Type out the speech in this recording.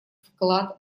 вклад